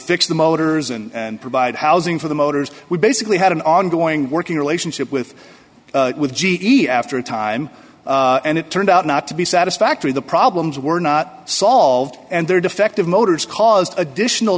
fix the motors and provide housing for the motors we basically had an ongoing working relationship with with g e after a time and it turned out not to be satisfactory the problems were not solved and there defective motors caused additional